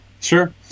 sure